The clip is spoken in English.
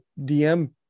DM